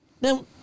Now